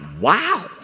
wow